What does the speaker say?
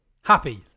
Happy